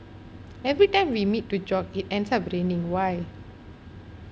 everytime we meet to jog it ends up raining why